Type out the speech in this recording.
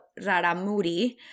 Raramuri